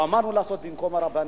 לא אמרנו לעשות במקום הרבנים.